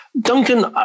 Duncan